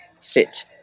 fit